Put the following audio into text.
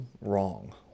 wrong